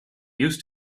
used